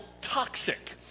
Toxic